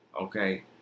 Okay